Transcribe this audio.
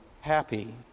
happy